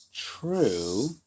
true